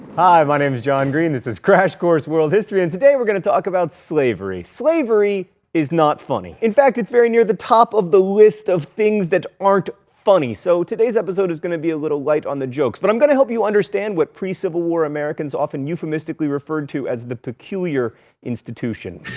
hi, my name is john green, this is crash course world history and today we're gonna talk about slavery. slavery is not funny. in fact, it is very near the top of the list of things that aren't funny, so today's episode is gonna be a little light on the jokes but, i'm gonna help you understand what pre-civil war americans often euphemistically refer to as the peculiar institution.